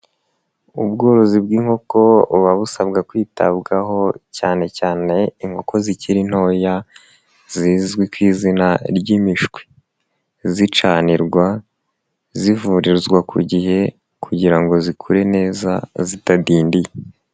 Ubworozi bw'inkoko buba busabwa kwitabwaho cyane cyane inkoko zikiri ntoya zizwi ku izina ry'imishwi, zicanirwa, zivurizwa ku gihe kugira ngo zikure neza zitadindiye.